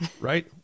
Right